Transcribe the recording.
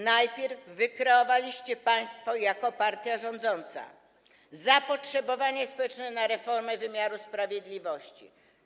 Najpierw wykreowaliście państwo jako partia rządząca zapotrzebowanie społeczne na reformę wymiaru sprawiedliwości.